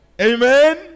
Amen